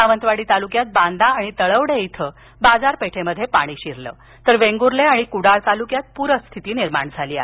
सावंतवाडी तालुक्यात बांदा आणि तळवडे इथं बाजरपेठेत पाणी शिरलं आहे तर वेंगुर्ले आणि कुडाळ तालुक्यात पूरस्थिती आहे